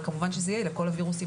אבל כמובן שזה יהיה לכל הווירוסים